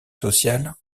social